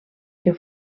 que